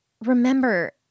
Remember